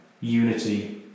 unity